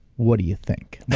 what do you think?